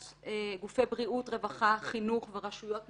שגופי בריאות, רווחה, חינוך ורשויות מקומיות,